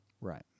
Right